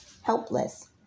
helpless